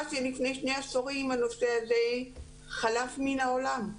שלפני שני עשורים הנושא הזה חלף מהעולם.